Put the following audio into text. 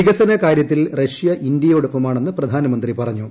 വികസന കാര്യത്തിൽ റഷ്യ ഇന്ത്യയോടൊപ്പമാണെന്ന് പ്രധാനമന്ത്രി പറഞ്ഞു